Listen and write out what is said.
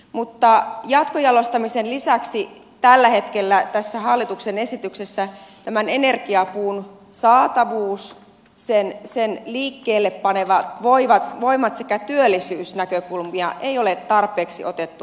mutta jatkojalostamisen lisäksi tällä hetkellä tässä hallituksen esityksessä energiapuun saatavuutta sen liikkeellepanevia voimia sekä työllisyysnäkökulmia ei ole tarpeeksi otettu huomioon